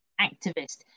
activist